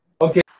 Okay